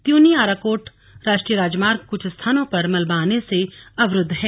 त्यूनी आराकोट राष्ट्रीय राजमार्ग कुछ स्थानों पर मलबा आने से अवरुद्ध है